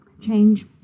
Change